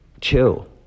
chill